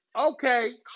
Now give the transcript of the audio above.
Okay